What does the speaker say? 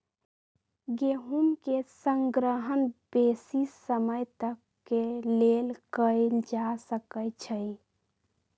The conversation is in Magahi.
गेहूम के संग्रहण बेशी समय तक के लेल कएल जा सकै छइ